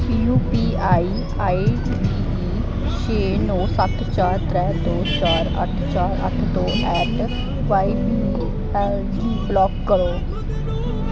U P I I D छे नौ सत्त चार त्रै दो चार अठ्ठ चार अठ्ठ दो ऐट वाई पी गी ब्लाक करो